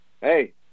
Hey